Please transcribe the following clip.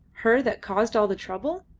her that caused all the trouble?